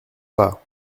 pas